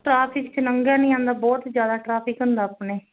traffic 'ਚ ਨੰਘਿਆ ਨੀ ਜਾਂਦਾ ਬਹੁਤ ਜਿਆਦਾ ਟ੍ਰੈਫਿਕ ਹੁੰਦਾ ਆਪਣੇ